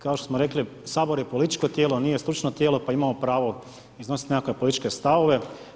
Kao što smo rekli, Sabor je političko tijelo, nije stručno tijelo pa imamo pravo iznositi nekakve političke stavove.